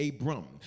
Abram